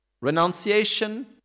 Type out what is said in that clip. Renunciation